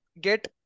get